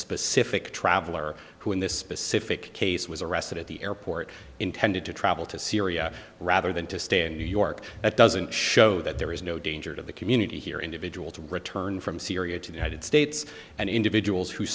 specific traveler who in this specific case was arrested at the airport intended to travel to syria rather than to stand new york at doesn't show that there is no danger to the community here individual to return from syria to the united states and individuals who